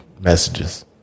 messages